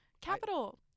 Capital